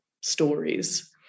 stories